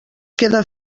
queda